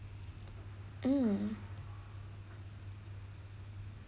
mm